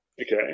Okay